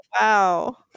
wow